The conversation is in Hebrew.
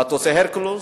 מטוסי "הרקולס",